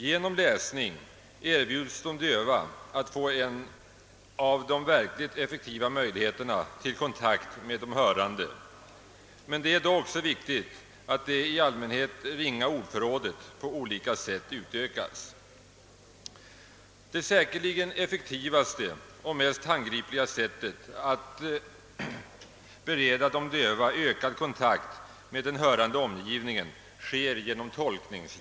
Genom läsning erbjuds de döva en av de verkligt effektiva möjligheterna till kontakt med de hörande. Men det är då också viktigt att det i allmänhet ringa ordförrådet på olika sätt utökas. Det säkerligen effektivaste och mest handgripliga sättet att bereda de döva ökad kontakt med den hörande omgivningen är tolkning.